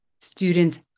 Students